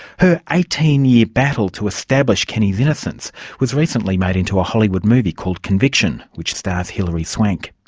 her eighteen year battle to establish kenny's innocence was recently made into a hollywood movie called conviction, which stars hilary swank.